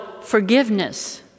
forgiveness